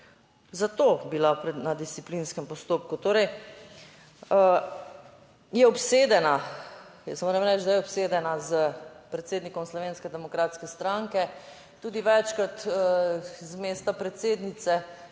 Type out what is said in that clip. za to bila na disciplinskem postopku, torej je obsedena, jaz moram reči, da je obsedena s predsednikom Slovenske demokratske stranke, tudi večkrat z mesta predsednice